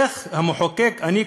איך אני,